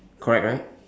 correct right